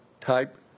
type